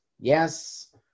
Yes